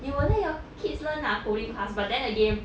you will let your kids learn ah coding class but then again